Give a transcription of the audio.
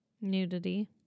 Nudity